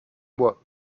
moi